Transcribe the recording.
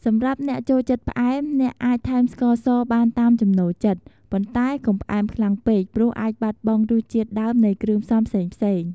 សម្រាប់អ្នកចូលចិត្តផ្អែម អ្នកអាចថែមស្ករសបានតាមចំណូលចិត្ត ប៉ុន្តែកុំផ្អែមខ្លាំងពេក ព្រោះអាចបាត់បង់រសជាតិដើមនៃគ្រឿងផ្សំផ្សេងៗ។